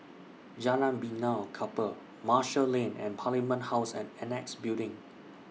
Jalan Benaan Kapal Marshall Lane and Parliament House and Annexe Building